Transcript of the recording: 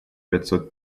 пятьсот